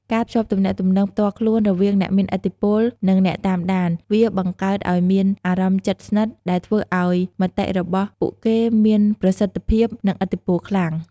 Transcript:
ការភ្ជាប់ទំនាក់ទំនងផ្ទាល់ខ្លួនរវាងអ្នកមានឥទ្ធិពល និងអ្នកតាមដាន វាបង្កើតឱ្យមានអារម្មណ៍ជិតស្និទ្ធ ដែលធ្វើឱ្យមតិរបស់ពួកគេមានប្រសិទ្ធិភាព និងឥទ្ធិពលខ្លាំង។